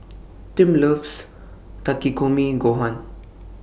Tim loves Takikomi Gohan